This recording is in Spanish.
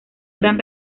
gran